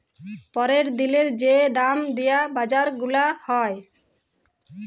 প্যরের দিলের যে দাম দিয়া বাজার গুলা হ্যয়